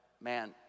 man